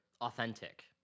authentic